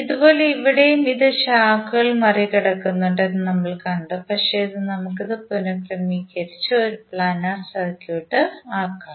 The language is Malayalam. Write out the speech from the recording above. അതുപോലെ ഇവിടെയും ഇത് ശാഖകൾ മറികടക്കുന്നുണ്ട് എന്ന് നമ്മൾ കണ്ടു പക്ഷേ നമുക്ക് ഇത് പുനർക്രമീകരിച്ചു ഒരു ഒരു പ്ലാനാർ സർക്യൂട്ട് ആക്കാം